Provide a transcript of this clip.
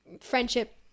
friendship